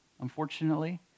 unfortunately